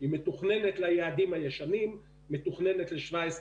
היא מתוכננת ליעדים הישנים, מתוכננת ל-17%,